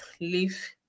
leave